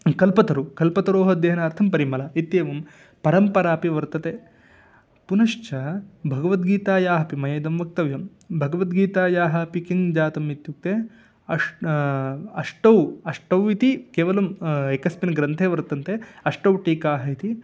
कल्पतरुः कल्पतरोः अध्ययनार्थं परिमला इत्येवं परम्परापि वर्तते पुनश्च भगवद्गीतायाः अपि मया इदं वक्तव्यं भगवद्गीतायाः अपि किं जातम् इत्युक्ते अष् अष्टौ अष्टौ इति केवलं एकस्मिन् ग्रन्थे वर्तन्ते अष्टौ टीकाः इति